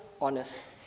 honest